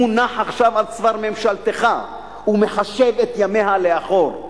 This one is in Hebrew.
מונח עכשיו על צוואר ממשלתך ומחשב את ימיה לאחור.